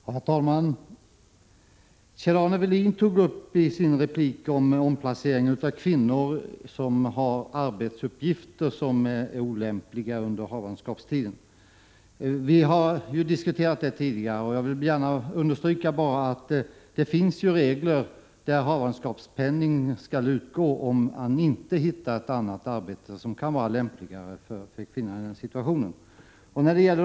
Herr talman! Kjell-Arne Welin tog i sin replik upp omplacering av kvinnor som har arbetsuppgifter som är olämpliga under havandeskapstiden. Vi har även tidigare diskuterat denna fråga, och jag vill gärna understryka att det finns regler som innebär att havandeskapspenning skall utgå om man inte hittar ett annat arbete som kan vara lämpligare för kvinnan i den situationen.